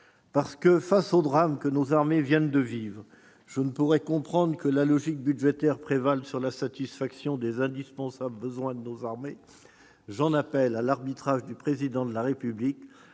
Parce que, face au drame que nos armées viennent de vivre, je ne pourrai pas comprendre que la logique budgétaire prévale sur la satisfaction des indispensables besoins de nos armées, j'en appelle à l'arbitrage du Président de la République